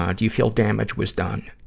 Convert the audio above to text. um do you feel damage was done?